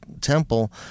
Temple